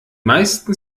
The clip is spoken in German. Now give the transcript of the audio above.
meisten